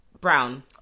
Brown